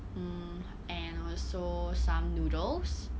mm and also some noodles